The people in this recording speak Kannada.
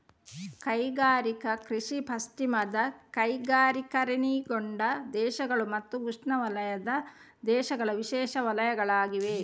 ಕೈಗಾರಿಕಾ ಕೃಷಿ ಪಶ್ಚಿಮದ ಕೈಗಾರಿಕೀಕರಣಗೊಂಡ ದೇಶಗಳು ಮತ್ತು ಉಷ್ಣವಲಯದ ದೇಶಗಳ ವಿಶೇಷ ವಲಯಗಳಾಗಿವೆ